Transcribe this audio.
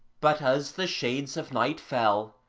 but as the shades of night fell,